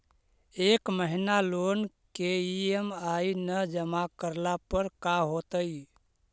एक महिना लोन के ई.एम.आई न जमा करला पर का होतइ?